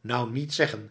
nou niets zeggen